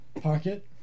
pocket